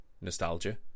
nostalgia